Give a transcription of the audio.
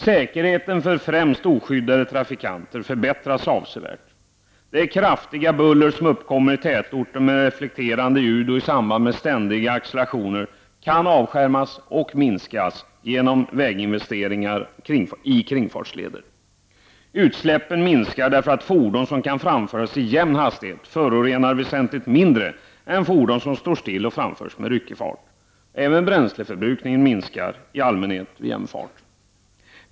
Säkerheten för främst oskyddade trafikanter förbättras avsevärt. Det kraftiga buller som uppkommer i tätorter i och med reflekterande ljud och i samband med ständiga accelerationer, kan avskärmas och minskas genom väginvesteringar i kringfartsleder. Utsläppen minskar därför att fordon som kan framföras i jämn hastighet förorenar väsentligt mindre än fordon som står stilla och framförs med ryckig fart. Även bränsleförbrukningen minskar i allmänhet vid jämn fart.